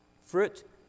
fruit